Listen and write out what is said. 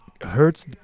hurts